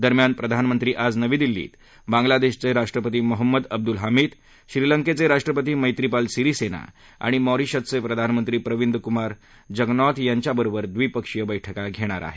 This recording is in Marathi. दरम्यान प्रधानमंत्री आज नवी दिल्लीत बांग्लादेशचे राष्ट्रपती मोहम्मद अब्दुल हामिद श्रीलंकेचे राष्ट्रपती मधीपाल सिरीसेना आणि मॉरिशसचे प्रधानमंत्री प्रविन्द कुमार जगनॉथ यांच्याबरोबर द्विपक्षीय बस्किा घेणार आहेत